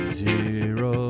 zero